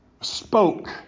spoke